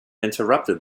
interrupted